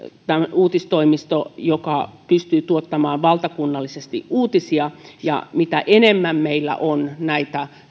uutistoimisto joka pystyy tuottamaan valtakunnallisesti uutisia ja mitä enemmän meillä on näitä